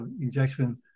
injection